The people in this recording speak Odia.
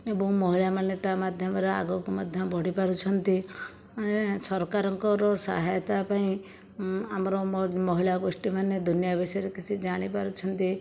ଏବଂ ମହିଳାମାନେ ତା ମାଧ୍ୟମରେ ଆଗକୁ ମଧ୍ୟ ବଢ଼ିପାରୁଛନ୍ତି ସରକାରଙ୍କର ସହାୟତା ପାଇଁ ଆମର ମହିଳା ଗୋଷ୍ଠୀ ମାନେ ଦୁନିଆ ବିଷୟରେ କିଛି ଜାଣିପାରୁଛନ୍ତି